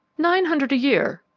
nine hundred a year,